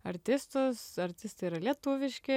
artistus artistai yra lietuviški